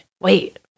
wait